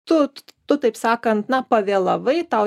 tu tu taip sakant na pavėlavai tau